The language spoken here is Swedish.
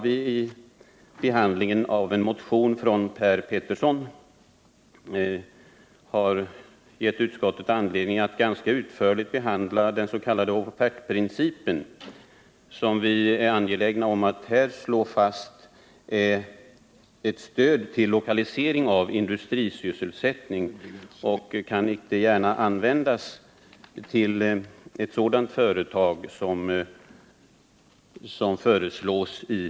Dock har behandlingen av en motion som väckts av Per Petersson givit utskottet anledning att ganska utförligt diskutera den s.k. offertprincipen. Vi är angelägna att här slå fast att tillämpningen av denna princip innebär ett stöd till lokalisering av industrisysselsättning, varför principen inte gärna kan användas för ett sådant företag som föreslås i motionen.